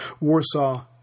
Warsaw